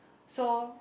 so